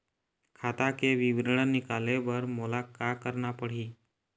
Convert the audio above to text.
खाता के विवरण निकाले बर मोला का करना पड़ही?